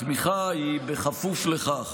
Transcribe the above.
התמיכה היא בכפוף לכך